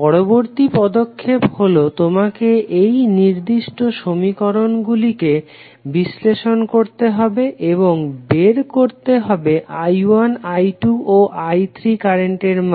পরবর্তী পদক্ষেপ হলো তোমাকে এই নির্দিষ্ট সমীকরণগুলিকে বিশ্লেষণ করতে হবে এবং বের করতে হবে I1 I2 ও I3 কারেন্টের মান